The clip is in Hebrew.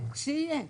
לא, שתהיה.